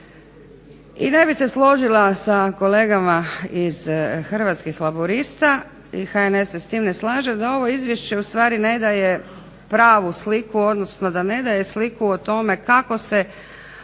I ne bih se složila sa kolegama iz Hrvatskih laburista i HNS se s tim ne slaže da ovo izvješće ustvari ne daje pravu sliku, odnosno da ne daje sliku o tome kako se